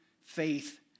faith